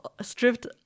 stripped